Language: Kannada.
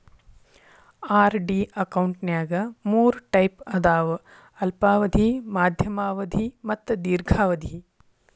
ಆರ್.ಡಿ ಅಕೌಂಟ್ನ್ಯಾಗ ಮೂರ್ ಟೈಪ್ ಅದಾವ ಅಲ್ಪಾವಧಿ ಮಾಧ್ಯಮ ಅವಧಿ ಮತ್ತ ದೇರ್ಘಾವಧಿ